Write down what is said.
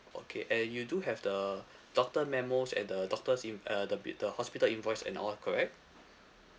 okay and you do have the doctor memos and the doctor's inv~ uh the bi~ the hospital invoice and all correct